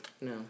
No